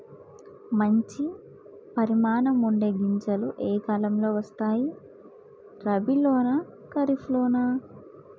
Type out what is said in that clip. మంచి పరిమాణం ఉండే గింజలు ఏ కాలం లో వస్తాయి? రబీ లోనా? ఖరీఫ్ లోనా?